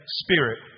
spirit